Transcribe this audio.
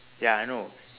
ya I know